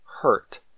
Hurt